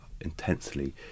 intensely